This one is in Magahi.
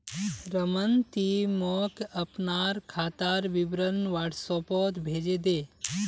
रमन ती मोक अपनार खातार विवरण व्हाट्सएपोत भेजे दे